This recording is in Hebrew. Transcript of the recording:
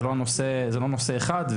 זהו לא נושא אחד,